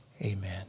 Amen